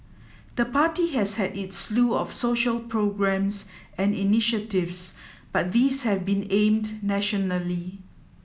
the party has had its slew of social programmes and initiatives but these have been aimed nationally